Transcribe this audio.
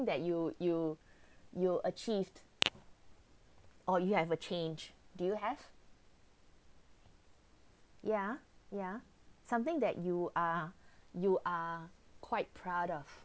that you you you achieved or you have a change do you have ya ya something that you are you are quite proud of